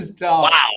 Wow